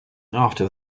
after